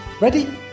Ready